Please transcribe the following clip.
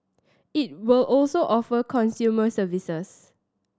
it will also offer consumer services